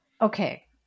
okay